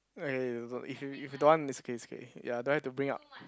eh don't don't if you if you don't want it's okay it's okay ya don't have to bring up